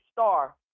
star